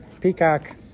Peacock